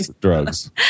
drugs